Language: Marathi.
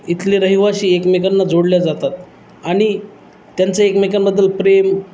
इथले रहिवाशी एकमेकांना जोडल्या जातात आणि त्यांच एकमेकांबद्दल प्रेम